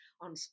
on